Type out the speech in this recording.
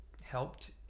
helped